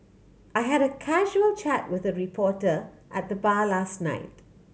I had a casual chat with a reporter at the bar last night